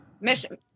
Mission